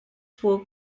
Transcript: four